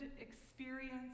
experience